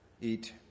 eat